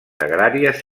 agràries